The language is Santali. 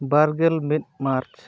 ᱵᱟᱨᱜᱮᱞ ᱢᱤᱫ ᱢᱟᱨᱪ